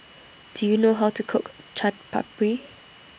Do YOU know How to Cook Chaat Papri